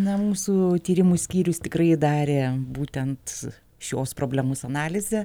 na mūsų tyrimų skyrius tikrai darė būtent šios problemos analizę